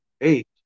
eight